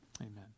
amen